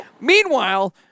Meanwhile